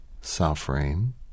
suffering